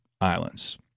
Islands